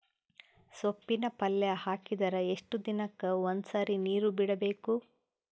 ಸೊಪ್ಪಿನ ಪಲ್ಯ ಹಾಕಿದರ ಎಷ್ಟು ದಿನಕ್ಕ ಒಂದ್ಸರಿ ನೀರು ಬಿಡಬೇಕು?